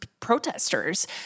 protesters